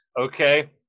Okay